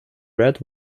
red